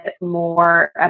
more